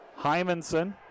Hymanson